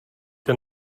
ten